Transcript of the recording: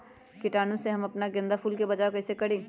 कीटाणु से हम अपना गेंदा फूल के बचाओ कई से करी?